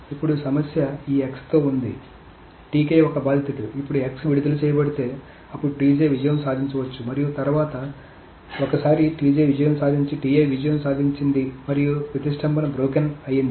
ఇప్పుడు సమస్య ఈ x తో ఉంది కాబట్టి ఒక బాధితుడు ఇప్పుడు x విడుదల చేయబడితే అప్పుడు విజయం సాధించవచ్చు మరియు తర్వాత ఒకసారి విజయం సాధించి విజయం సాధించింది మరియు ప్రతిష్టంభన బ్రోకెన్ అయ్యింది